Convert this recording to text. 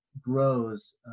grows